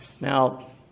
Now